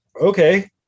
okay